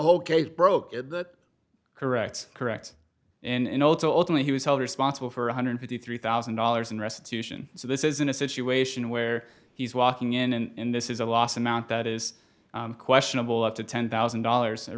whole case broke at that corrects correct in all its ultimate he was held responsible for one hundred and fifty three thousand dollars in restitution so this isn't a situation where he's walking in and this is a loss amount that is questionable up to ten thousand dollars a